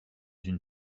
une